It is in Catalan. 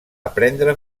aprendre